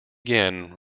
again